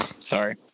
Sorry